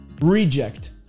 reject